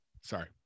sorry